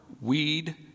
weed